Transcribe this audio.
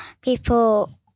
people